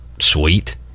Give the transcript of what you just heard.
sweet